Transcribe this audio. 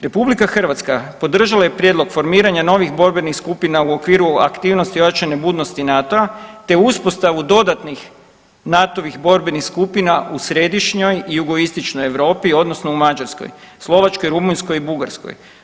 RH podržala je prijedlog formiranja novih borbenih skupina u okviru aktivnosti ojačane budnosti NATO-a te uspostavu dodatnih NATO-ovih borbenih skupina u središnjoj i jugoistočnoj Europi, odnosno u Mađarskoj, Slovačkoj, Rumunjskoj i Bugarskoj.